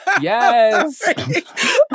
Yes